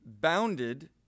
bounded